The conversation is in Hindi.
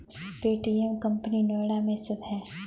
पे.टी.एम कंपनी नोएडा में स्थित है